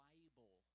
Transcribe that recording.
Bible